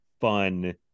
fun